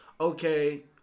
okay